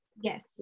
Yes